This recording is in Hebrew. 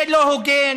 זה לא הוגן.